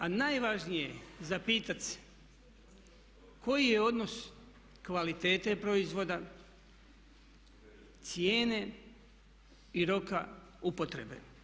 A najvažnije je zapitati se koji je odnos kvalitete proizvoda, cijene i roka upotrebe.